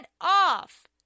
off